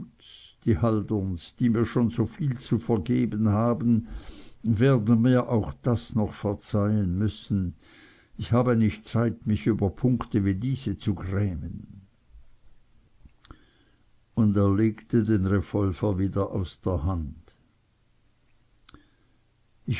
die halderns die mir schon soviel zu vergehen haben werden mir auch das noch verzeihen müssen ich habe nicht zeit mich über punkte wie diese zu grämen und er legte den revolver wieder aus der hand